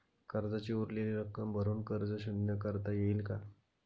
कर्जाची उरलेली रक्कम भरून कर्ज शून्य करता येईल का?